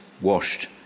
washed